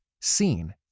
seen